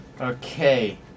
Okay